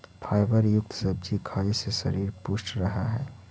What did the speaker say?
fibre युक्त सब्जी खाए से शरीर पुष्ट रहऽ हइ